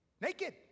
Naked